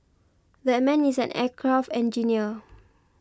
that man is an aircraft engineer